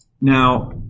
now